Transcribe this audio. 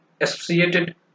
associated